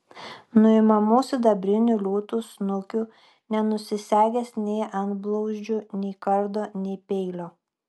nuimamų sidabrinių liūtų snukių nenusisegęs nei antblauzdžių nei kardo nei peilio